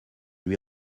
lui